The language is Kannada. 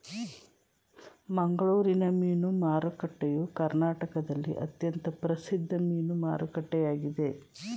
ಮಂಗಳೂರಿನ ಮೀನು ಮಾರುಕಟ್ಟೆಯು ಕರ್ನಾಟಕದಲ್ಲಿ ಅತ್ಯಂತ ಪ್ರಸಿದ್ಧ ಮೀನು ಮಾರುಕಟ್ಟೆಯಾಗಿದೆ